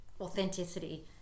authenticity